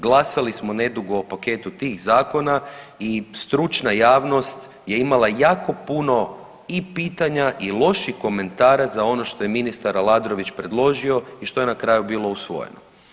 Glasali smo nedugo o paketu tih zakona i stručna javnost je imala jako puno i pitanja i loših komentara za ono što je ministar Aladrović predložio i što je na kraju bilo usvojeno.